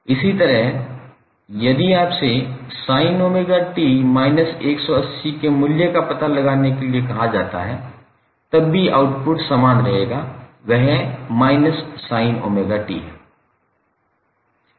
इसी तरह यदि आपसे sin𝜔𝑡−180 के मूल्य का पता लगाने के लिए कहा जाता है तब भी आउटपुट समान रहेगा वह −sin𝜔𝑡 है